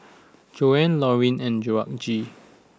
Joanie Loreen and Georgette